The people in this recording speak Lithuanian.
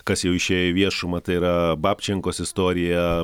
kas jau išėjo į viešumą tai yra babčenkos istorija